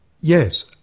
Yes